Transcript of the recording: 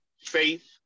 Faith